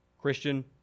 Christian